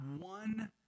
one